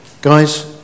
guys